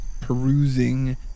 perusing